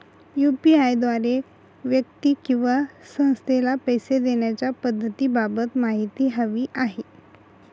UPI द्वारे व्यक्ती किंवा संस्थेला पैसे देण्याच्या पद्धतींबाबत माहिती हवी आहे